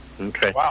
Okay